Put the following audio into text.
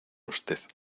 usted